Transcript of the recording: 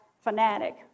fanatic